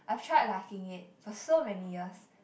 I've tried liking it for so many years